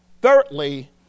Thirdly